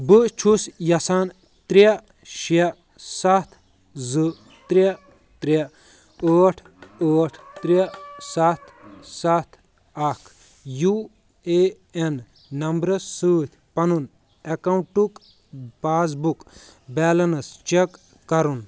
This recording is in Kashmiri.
بہٕ چھُس یژھان ترٛےٚ شےٚ سَتھ زٟ ترٛےٚ ترٛےٚ ٲٹھ ٲٹھ ترٛےٚ سَتھ سَتھ اکھ یوٗ اے این نمبرس سۭتۍ پنُن اکاؤنٛٹُک پاس بُک بیلنس چیک کرُن